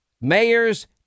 mayors